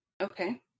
Okay